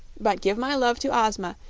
but give my love to ozma,